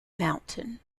mountain